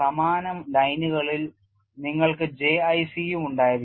സമാന ലൈനുകളിൽ നിങ്ങൾക്ക് J I C യും ഉണ്ടായിരിക്കാം